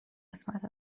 قسمت